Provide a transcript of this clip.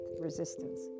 resistance